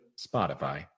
Spotify